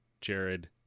Jared